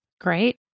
Great